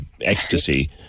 ecstasy